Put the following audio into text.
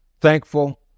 thankful